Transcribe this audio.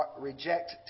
reject